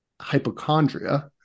hypochondria